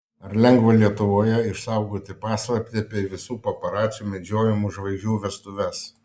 ar lengva lietuvoje išsaugoti paslaptį apie visų paparacių medžiojamų žvaigždžių vestuves